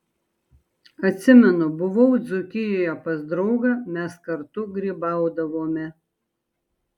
atsimenu buvau dzūkijoje pas draugą mes kartu grybaudavome